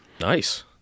Nice